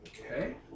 Okay